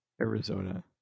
Arizona